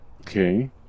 Okay